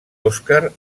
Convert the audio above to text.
oscar